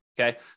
okay